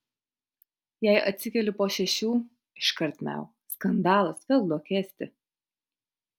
jei atsikeli po šešių iškart miau skandalas vėl duok ėsti